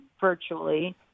virtually